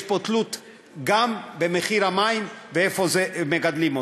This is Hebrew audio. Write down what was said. יש פה תלות גם במחיר המים ואיפה מגדלים אותו.